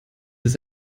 ist